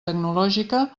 tecnològica